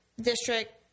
District